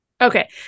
Okay